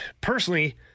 personally